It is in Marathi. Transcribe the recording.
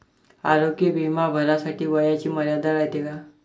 आरोग्य बिमा भरासाठी वयाची मर्यादा रायते काय?